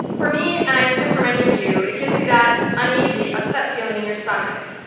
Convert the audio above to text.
for me, and i assume for many of you it gives you that uneasy upset feeling in your stomach,